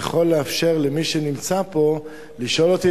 יכול לאפשר למי שנמצא פה לשאול אותי